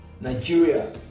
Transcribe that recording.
Nigeria